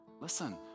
Listen